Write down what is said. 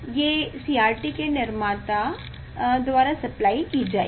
ये CRT के निर्माता द्वारा सप्लाई की जाएगी